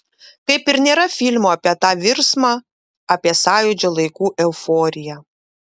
kaip ir nėra filmo apie tą virsmą apie sąjūdžio laikų euforiją